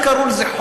איך קראו לזה,